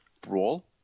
brawl